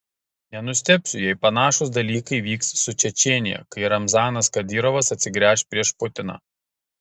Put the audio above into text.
nenustebsiu jei panašūs dalykai vyks su čečėnija kai ramzanas kadyrovas atsigręš prieš putiną